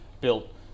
built